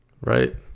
Right